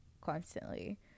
constantly